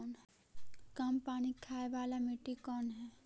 कम पानी खाय वाला मिट्टी कौन हइ?